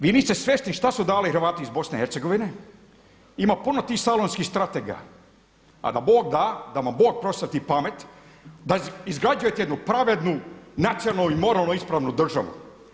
Vi niste svjesni šta su dali Hrvati iz BiH, ima puno tih salonskih strategija, a da vam Bog da, da vam Bog prosvijetli pamet da izgrađujete jednu pravednu nacionalnu i moralno ispravnu državu.